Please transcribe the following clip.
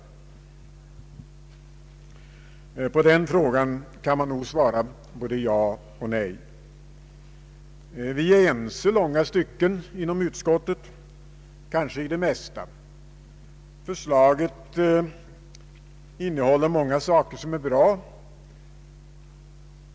På den frågan kan man nog svara både ja och nej. Vi är inom utskottet ense i långa stycken, kanske i det mesta. Förslaget innehåller många saker som är bra.